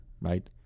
right